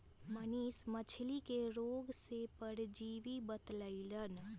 मनीष मछ्ली के रोग के परजीवी बतई लन